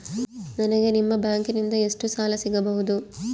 ನನಗ ನಿಮ್ಮ ಬ್ಯಾಂಕಿನಿಂದ ಎಷ್ಟು ಸಾಲ ಸಿಗಬಹುದು?